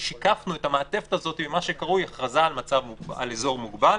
ושיקפנו את המעטפת הזאת עם מה שקרוי "הכרזה על אזור מוגבל",